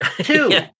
Two